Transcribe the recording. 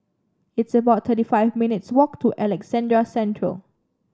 it's about thirty five minutes' walk to Alexandra Central